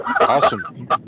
Awesome